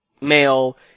male